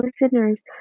listeners